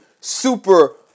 super